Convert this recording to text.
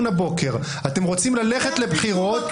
אתם רוצים ללכת לבחירות ------ פיזור